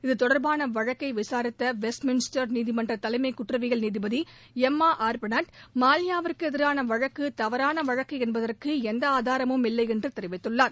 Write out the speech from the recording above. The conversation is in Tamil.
இத்தொடர்பான வழக்கை விசாரித்த வெஸ்ட்மின்ஸ்டர் நீதிமன்ற தலைமை குற்றவியல் நீதிபதி எம்மா ஆர்பாட்னாட் மல்லையாவுக்கு எதிரான வழக்கு வழக்கு என்பதற்கு எந்த ஆதாரமும் இல்லை என்று தெரிவித்துள்ளார்